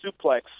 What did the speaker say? suplex